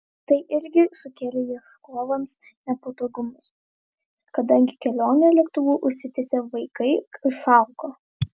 tai irgi sukėlė ieškovams nepatogumus kadangi kelionė lėktuvu užsitęsė vaikai išalko